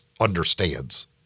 understands